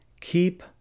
Keep